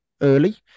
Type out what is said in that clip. early